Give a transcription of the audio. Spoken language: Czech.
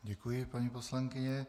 Děkuji, paní poslankyně.